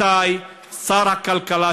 מתי שר הכלכלה,